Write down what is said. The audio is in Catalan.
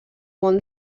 món